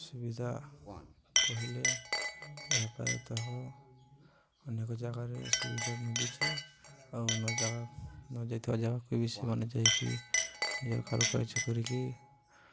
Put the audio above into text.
ସୁବିଧା କହିଲେ ଏହା ପ୍ରାୟତଃ ଅନେକ ଜାଗାରେ ସୁବିଧା ମିଲୁଛି ଆଉ ନ ଜାଗା ନଯାଇଥିବା ଜାଗାକୁ ବି ସେମାନେ ଯାଇକି ନିଜର କାରୁ କାର୍ଯ୍ୟ କରିକି